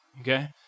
okay